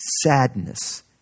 sadness